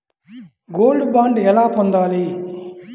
Gold bond ఎలా పొందాలి?